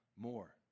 more